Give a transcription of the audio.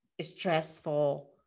stressful